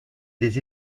des